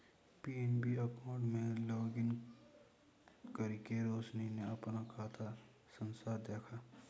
PNB account में login करके रोशनी ने अपना खाता सारांश देखा